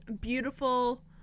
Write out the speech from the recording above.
beautiful